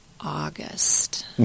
August